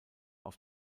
auf